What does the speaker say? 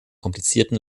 komplizierten